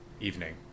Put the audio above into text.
Evening